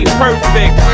perfect